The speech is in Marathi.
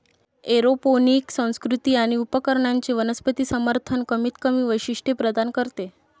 एरोपोनिक संस्कृती आणि उपकरणांचे वनस्पती समर्थन कमीतकमी वैशिष्ट्ये प्रदान करते